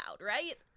right